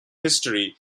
history